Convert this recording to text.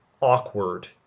awkward